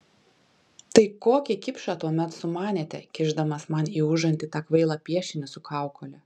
tai kokį kipšą tuomet sumanėte kišdamas man į užantį tą kvailą piešinį su kaukole